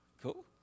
Cool